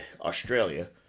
Australia